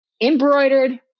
embroidered